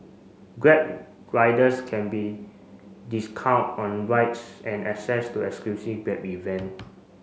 grab riders can be discount on rides and access to exclusive Grab event